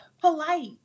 Polite